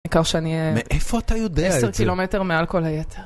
אני מקווה שאני אה... מאיפה אתה יודע את זה? 10 קילומטר מעל כל היתר.